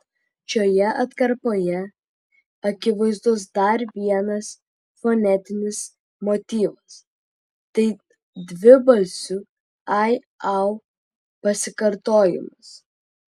šioje atkarpoje akivaizdus dar vienas fonetinis motyvas tai dvibalsių ai au pasikartojimas